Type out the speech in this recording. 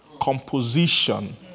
composition